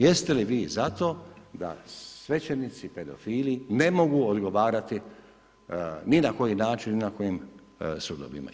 Jeste li za to da svećenici pedofili ne mogu odgovarati ni na koji način ni na kojim sudovima?